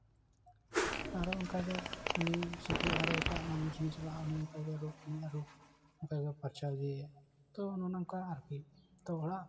ᱟᱨᱦᱚᱸ ᱚᱱᱠᱟᱜᱮ ᱩᱱᱤ ᱥᱤᱠᱲᱤᱡ ᱟᱨᱚ ᱮᱴᱟᱜ ᱢᱟᱹᱱᱢᱤ ᱴᱷᱮᱱᱮ ᱪᱟᱞᱟᱜᱼᱟ ᱩᱱᱤ ᱱᱚᱝᱠᱟ ᱜᱮ ᱟᱨᱚ ᱨᱳᱜᱽ ᱩᱱᱤᱭᱟᱜ ᱨᱳᱜᱽ ᱚᱱᱠᱟᱜᱮᱭ ᱯᱟᱨᱪᱟᱣ ᱤᱫᱤᱭᱮᱟᱭ ᱛᱚ ᱚᱱᱮ ᱚᱱᱠᱟ ᱟᱨᱠᱤ ᱛᱚ ᱚᱲᱟᱜ